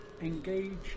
engage